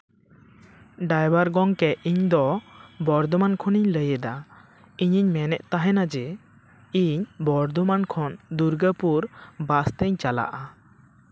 driver ᱜᱚᱢᱠᱮ ᱤᱧ ᱫᱚ ᱵᱚᱨᱫᱷᱚᱢᱟᱱ ᱠᱷᱚᱱᱤᱧ ᱞᱟᱹᱭᱫᱟ ᱤᱧᱤᱧ ᱢᱮᱱᱮᱫ ᱛᱟᱦᱮᱱᱟ ᱡᱮ ᱤᱧ ᱵᱚᱨᱫᱷᱚᱢᱟᱱ ᱠᱷᱚᱱ ᱫᱩᱨᱜᱟᱯᱩᱨ ᱵᱟᱥ ᱛᱤᱧ ᱪᱟᱞᱟᱜᱼᱟ